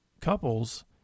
couples